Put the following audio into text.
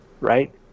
right